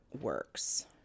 works